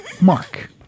Mark